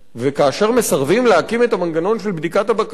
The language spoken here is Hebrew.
וכאשר מסרבים להקים את המנגנון של בדיקת הבקשות,